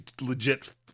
legit